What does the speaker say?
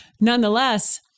nonetheless